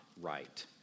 right